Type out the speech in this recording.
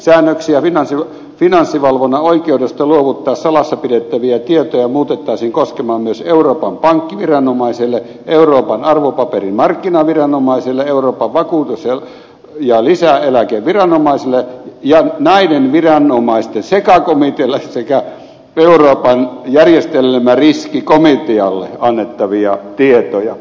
säännöksiä finanssivalvonnan oikeudesta luovuttaa salassa pidettäviä tietoja muutettaisiin koskemaan myös euroopan pankkiviranomaiselle euroopan arvopaperimarkkinaviranomaiselle euroopan vakuutus ja lisäeläkeviranomaiselle ja näiden viranomaisten sekakomitealle sekä euroopan järjestelmäriskikomitealle annettavia tietoja